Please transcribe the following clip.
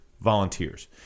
volunteers